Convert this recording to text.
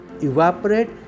evaporate